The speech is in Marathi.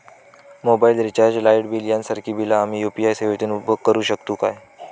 मोबाईल रिचार्ज, लाईट बिल यांसारखी बिला आम्ही यू.पी.आय सेवेतून करू शकतू काय?